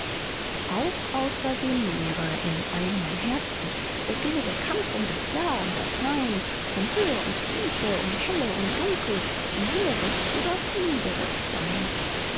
auch außer dem meere im eigenen herzen beginne der kampf um das ja und das nein um höhe und tiefe um helle und dunkel um höheres oder niederes sein